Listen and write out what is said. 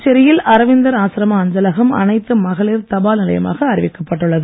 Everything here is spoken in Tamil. புதுச்சேரியில் அரவிந்தர் ஆசிரம அஞ்சலகம் அனைத்து மகளிர் தபால் நிலையமாக அறிவிக்கப்பட்டுள்ளது